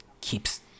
keeps